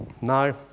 No